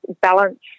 balance